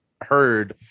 heard